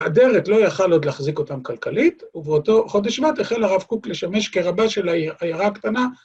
‫אדרת לא יכל עוד להחזיק אותם כלכלית, ‫ובאותו חודש שבט החל הרב קוק ‫לשמש כרבה של העיירה הקטנה.